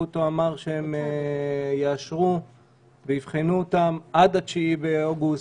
גרוטו אמר שהם יאשרו ויבחנו אותם, עד ה-9 באוגוסט,